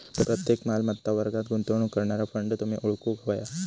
प्रत्येक मालमत्ता वर्गात गुंतवणूक करणारा फंड तुम्ही ओळखूक व्हया